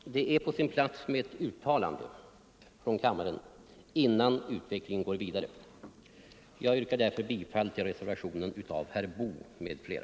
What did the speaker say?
Det är på sin plats med ett uttalande från kammaren innan utvecklingen går vidare. Jag yrkar därför bifall till reservationen av herr Boo m.fl.